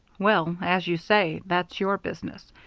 well, as you say, that's your business.